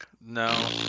No